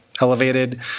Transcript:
elevated